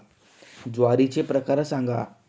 ज्वारीचे प्रकार सांगा